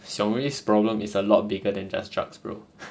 seungri problem is a lot bigger than just drugs bro